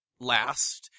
last